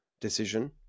decision